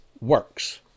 works